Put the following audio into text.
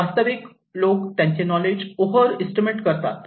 वास्तविक लोक त्यांचे नॉलेज ओहर इस्टिमेट करतात